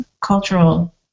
cultural